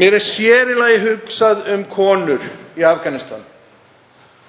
Mér er sér í lagi hugsað um konur í Afganistan